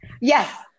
yes